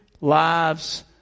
lives